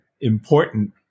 important